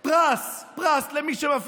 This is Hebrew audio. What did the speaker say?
זה בסדר, אבל